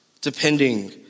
depending